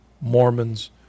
Mormons